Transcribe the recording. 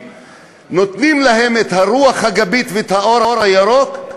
נותנים להם את הרוח הגבית ואת האור הירוק,